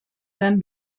then